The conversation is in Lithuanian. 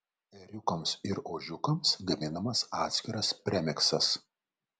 ėriukams ir ožkiukams gaminamas atskiras premiksas